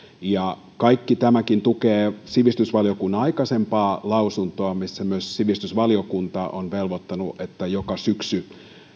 kaikki tämäkin tukee sivistysvaliokunnan aikaisempaa lausuntoa missä myös sivistysvaliokunta on velvoittanut että joka syksy